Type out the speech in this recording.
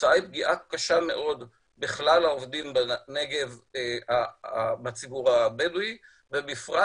והתוצאה היא פגיעה קשה מאוד בכלל העובדים בנגב בציבור הבדואי ובפרט